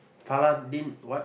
Paladin what